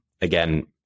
again